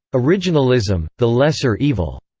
originalism the lesser evil.